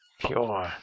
Pure